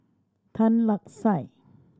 Tan Lark Sye